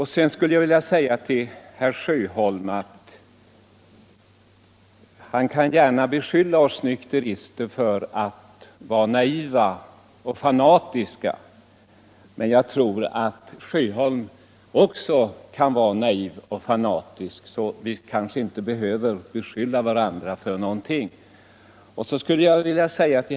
Herr Sjöholm kan gärna beskylla oss nykterister för att vara naiva och fanatiska, men jag tror att herr Sjöholm också kan vara naiv och fanatisk. Därför kanske vi inte behöver komma med sådana beskyllningar mot varandra.